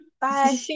Bye